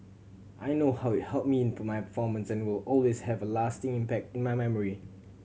I know how it helped me to my performance and will always have a lasting impact in my memory